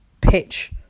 pitch